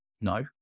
no